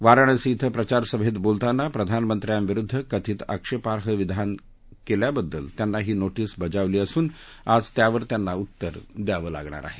वाराणसी धिं प्रचार सभेत बोलताना प्रधानमंत्र्यांविरुद्ध कथित आक्षेपाई वक्तव्य केल्याबद्दल त्यांना ही नोटीस बजावली असून आज त्यांना त्यावर उत्तर द्यावे लागणार आहे